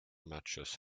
matches